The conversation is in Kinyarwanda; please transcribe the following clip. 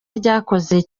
ryakoze